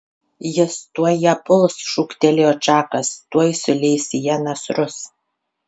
jis tuoj ją puls šūktelėjo čakas tuoj suleis į ją nasrus